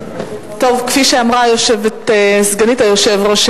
כפי שאמרה סגנית היושב-ראש,